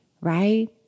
right